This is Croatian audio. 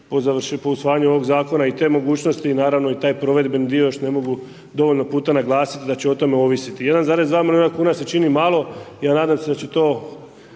po usvajanju ovog zakona i te mogućnosti i naravno taj provedbeni dio što ne mogu dovoljno puta naglasiti da će o tome ovisiti. 1,2 milijuna kuna se čini malo, nadam se da će biti